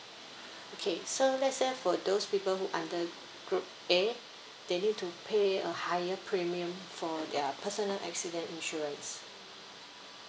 okay so let's say for those people who under group A they need to pay a higher premium for their personal accident insurance